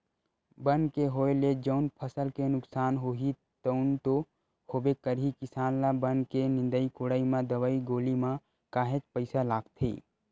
बन के होय ले जउन फसल के नुकसान होही तउन तो होबे करही किसान ल बन के निंदई कोड़ई म दवई गोली म काहेक पइसा लागथे